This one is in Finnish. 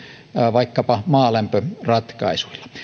vaikkapa maalämpöratkaisuilla